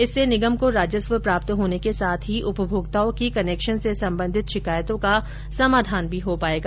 इससे निगम को राजस्व प्राप्त होने के साथ ही उपभोक्ताओं की कनेक्शन से सम्बन्धित शिकायतों का समाधान भी हो पायेगा